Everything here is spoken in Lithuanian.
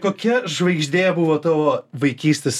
kokia žvaigždė buvo tavo vaikystės